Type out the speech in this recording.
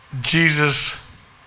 Jesus